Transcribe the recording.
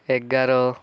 ଏଗାର